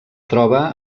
troba